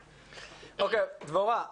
דבורה,